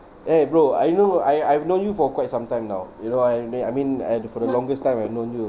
eh bro I know I I've known you for quite some time now you know what I mean I mean and the for the longest time I know you ah